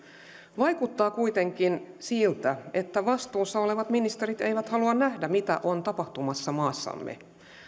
vaikuttaa kuitenkin siltä että vastuussa olevat ministerit eivät halua nähdä mitä on tapahtumassa maassamme